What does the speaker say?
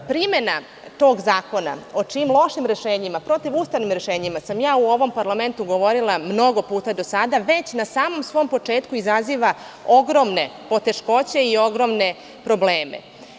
Primena tog zakona, o čijim lošim rešenjima, protivustavnim rešenjima sam ja u ovom parlamentu govorila mnogo puta do sada, već sa na samom svom početku izaziva ogromne poteškoće i ogromne probleme.